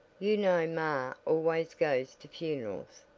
you know ma always goes to funerals,